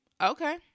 okay